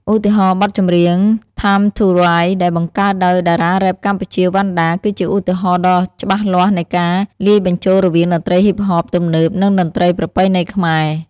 ឧទាហរណ៍បទចម្រៀង "ថាមធូរ៉ាយ" ដែលបង្កើតដោយតារារ៉េបកម្ពុជា វណ្ណដា គឺជាឧទាហរណ៍ដ៏ច្បាស់លាស់នៃការលាយបញ្ចូលរវាងតន្ត្រីហ៊ីបហបទំនើប និងតន្ត្រីប្រពៃណីខ្មែរ។